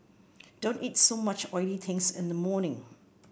don't eat so much oily things in the morning